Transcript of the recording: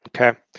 Okay